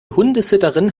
hundesitterin